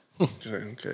Okay